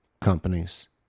companies